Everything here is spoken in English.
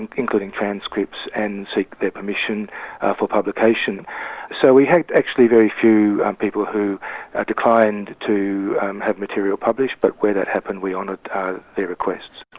and including transcripts, and seek their permission for publication. so we had actually very few people who ah declined to have material published, but where that happened, we honoured their requests.